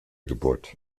geburt